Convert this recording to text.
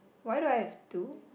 why do I have to